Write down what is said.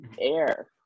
air